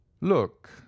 look